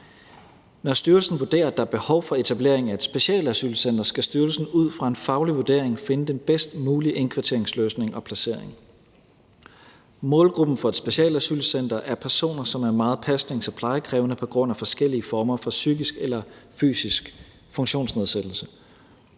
Når styrelsen vurderer, at der er behov for etablering af et specialasylcenter, skal styrelsen ud fra en faglig vurdering finde den bedst mulige indkvarteringsløsning og placering. Målgruppen for et specialasylcenter er personer, som er meget pasnings- og plejekrævende på grund af forskellige former for psykisk eller fysisk funktionsnedsættelse.